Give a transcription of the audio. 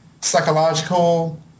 psychological